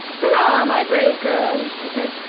hurrah, my brave girls! she said.